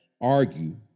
argue